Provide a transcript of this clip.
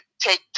take